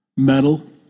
Metal